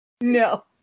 No